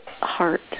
heart